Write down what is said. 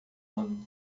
ano